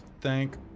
Thank